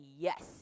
yes